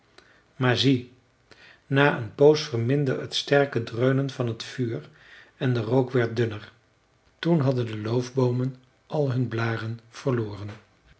maar zie na een poos verminderde het sterke dreunen van t vuur en de rook werd dunner toen hadden de loofboomen al hun blaren verloren